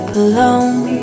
alone